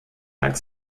lag